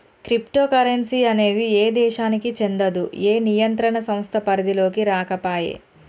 crypto currency అనేది ఏ దేశానికీ చెందదు, ఏ నియంత్రణ సంస్థ పరిధిలోకీ రాకపాయే